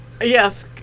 Yes